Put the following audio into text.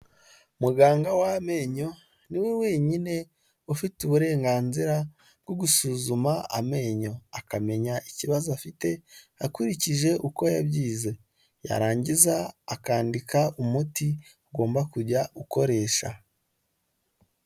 Muganga w'amenyo niwe wenyine ufite uburenganzira bwo gusuzuma amenyo akamenya ikibazo afite akurikije uko yabyize, yarangiza akandika umuti ugomba kujya ukoresha.